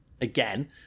again